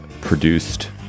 produced